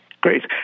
Great